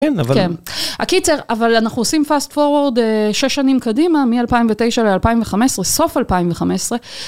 כן, אבל... הקיצר, אבל אנחנו עושים פאסט פורורד שש שנים קדימה, מ-2009 ל-2015, סוף 2015.